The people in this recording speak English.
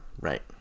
right